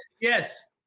yes